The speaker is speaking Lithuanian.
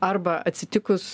arba atsitikus